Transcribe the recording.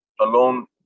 alone